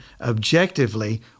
objectively